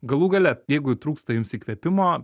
galų gale jeigu trūksta jums įkvėpimo